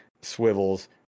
swivels